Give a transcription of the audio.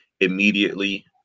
immediately